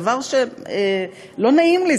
דבר שלא נעים לי,